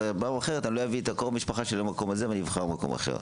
אז בפעם אחרת לא אביא את קרוב המשפחה שלי למקום הזה ואבחר מקום אחר.